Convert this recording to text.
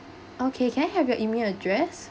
okay can I have your email address